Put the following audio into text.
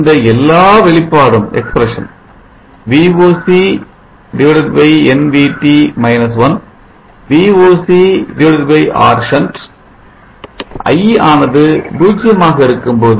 இந்த எல்லா வெளிப்பாடும் Voc nVT 1 Voc R shunt I ஆனது 0 ஆக இருக்கும்போது